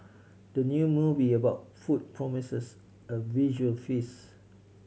the new movie about food promises a visual feast